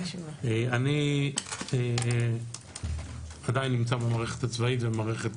אני עדיין נמצא במערכת הצבאית, זו מערכת